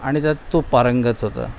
आणि त्यात तो पारंगत होता